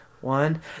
One